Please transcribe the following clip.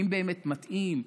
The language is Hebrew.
האם באמת מתאים,